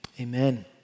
Amen